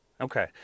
Okay